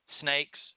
snakes